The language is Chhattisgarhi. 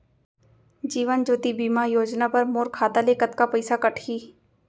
जीवन ज्योति बीमा योजना बर मोर खाता ले कतका पइसा कटही?